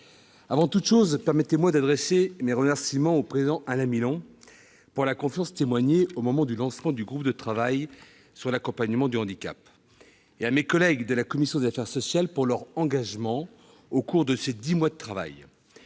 avant toute chose, permettez-moi d'adresser mes remerciements au président Alain Milon pour la confiance témoignée au moment du lancement du groupe de travail sur l'accompagnement du handicap et à mes collègues de la commission des affaires sociales pour leur engagement au cours de ces dix mois de travail.